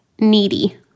needy